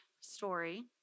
story